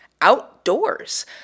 outdoors